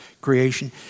creation